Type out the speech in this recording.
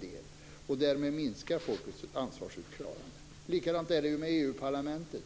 del. Därmed minskar folkets möjlighet att utkräva ansvar. Likadant är det med EU-parlamentet.